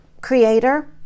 creator